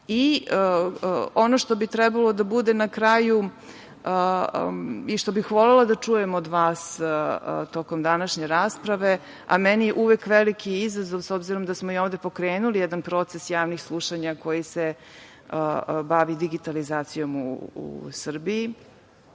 jasno. Ono što bi trebalo da bude na kraju i što bih volela da čujem od vas tokom današnje rasprave, a meni je uvek veliki izazov obzirom da smo ovde pokrenuli jedan proces javnih slušanja koji se bavi digitalizacijom u Srbiji,